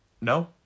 No